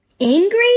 Angry